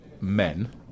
men